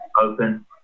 open